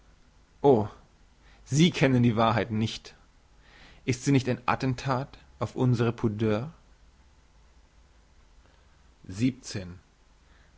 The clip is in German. sie kennen die wahrheit nicht ist sie nicht ein attentat auf alle unsre